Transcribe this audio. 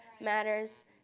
matters